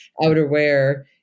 outerwear